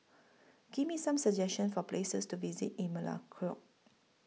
Give Me Some suggestions For Places to visit in Melekeok